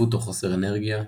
עייפות\חוסר אנרגיה,